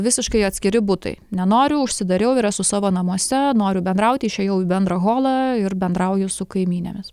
visiškai atskiri butai nenoriu užsidariau ir esu savo namuose noriu bendrauti išėjau į bendrą holą ir bendrauju su kaimynėmis